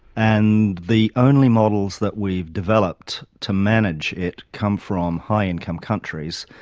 and the only models that we've developed to manage it come from high income countries,